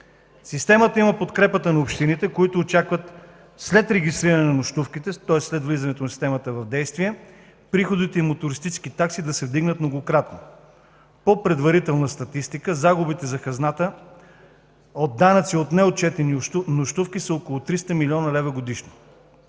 Системата има подкрепата на общините, които очакват след регистриране на нощувките, тоест след влизането на Системата в действие, приходите им от туристически такси да се вдигнат многократно. По приблизителна статистика загубените за хазната данъци от неотчетени нощувки са около 300 млн. лв. годишно.